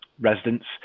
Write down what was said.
residents